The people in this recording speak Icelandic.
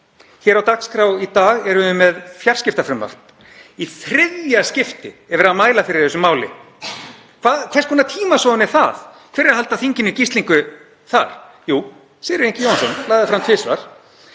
Hér á dagskrá í dag erum við með fjarskiptafrumvarp. Í þriðja skipti er verið að mæla fyrir þessu máli. Hvers konar tímasóun er það? Hver er að halda þinginu í gíslingu þar? Jú, Sigurður Ingi Jóhannsson. Hann lagði það fram tvisvar.